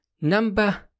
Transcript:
Number